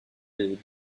les